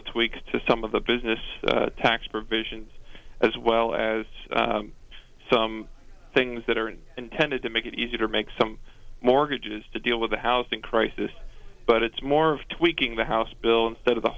of tweaks to some of the business tax provisions as well as some things that are intended to make it easier make some mortgages to deal with the housing crisis but it's more of tweaking the house bill instead of the